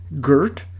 Gert